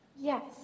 Yes